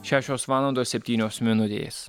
šešios valandos septynios minutės